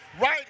right